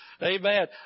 Amen